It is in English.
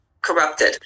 corrupted